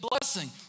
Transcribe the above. blessing